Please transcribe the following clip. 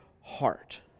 heart